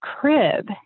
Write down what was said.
crib